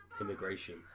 immigration